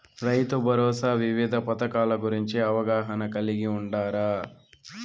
రైతుభరోసా వివిధ పథకాల గురించి అవగాహన కలిగి వుండారా?